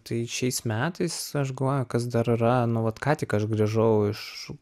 tai šiais metais aš galvoju kas dar yra nu vat ką tik aš grįžau iš